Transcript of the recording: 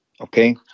okay